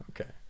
Okay